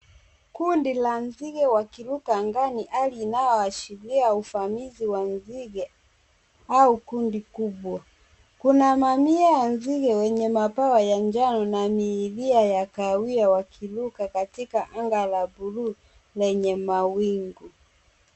Kundi la nzige wakiruka angani hali inayoashiria uvamizi wa nzige au kundi kubwa. Kuna mamia ya nzige wenye mabawa ya njano na mikia ya kahawia ,wakiruka katika angaa la bluu lenye mawingu.